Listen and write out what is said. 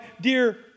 dear